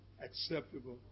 acceptable